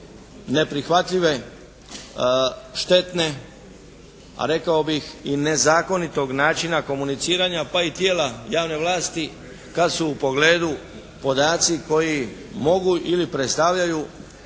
neprihvatljive, štetne a rekao bih i nezakonitog načina komuniciranja pa i tijela javne vlasti kad su u pogledu podaci koji mogu ili predstavljaju